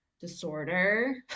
disorder